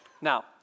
Now